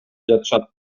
жатышат